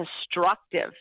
destructive